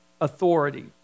authority